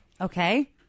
Okay